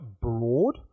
broad